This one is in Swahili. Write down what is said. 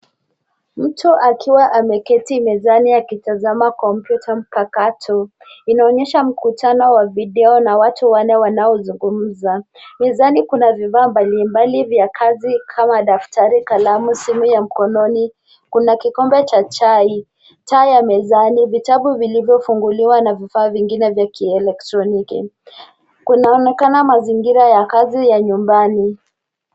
Mtu akiwa ameketi mezani akitazama kompyuta mpakato. Inaonyesha mkutano wa video na watu wanne wanaozungumza. Mezani kuna vifaa mbalimbali vya kazi kama daftari, kalamu, simu ya mkononi, kuna kikombe cha chai, taa ya mezani, vitabu vilivyofunguliwa na vifaa vingine vya kielektroniki. Kuna onekana mazingiza ya kazi ya nyumbani.